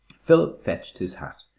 philip fetched his hat,